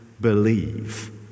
believe